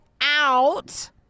out